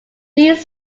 these